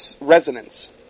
resonance